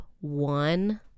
one